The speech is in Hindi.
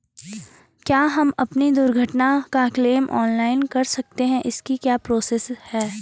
क्या हम अपनी दुर्घटना का क्लेम ऑनलाइन कर सकते हैं इसकी क्या प्रोसेस है?